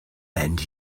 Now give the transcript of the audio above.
and